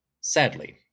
Sadly